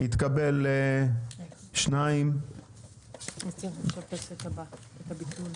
2. יש מתנגדים?